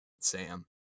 sam